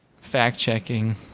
Fact-checking